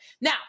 now